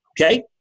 okay